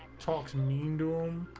talks me know um